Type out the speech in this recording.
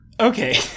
Okay